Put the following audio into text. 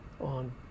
on